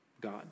God